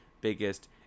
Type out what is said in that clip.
biggest